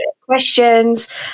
questions